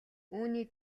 үүний